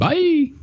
Bye